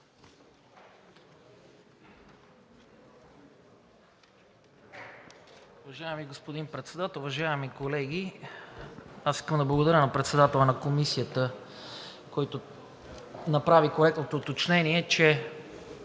Уважаеми господин Председател, уважаеми колеги! Искам да благодаря на Председателя на Комисията, който направи коректното уточнение, че